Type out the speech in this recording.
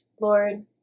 Lord